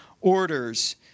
orders